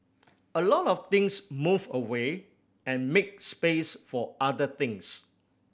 a lot of things move away and make space for other things